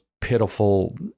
pitiful